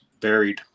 buried